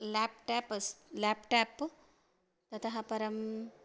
laptop अस्ति laptop ततः परं